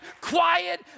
quiet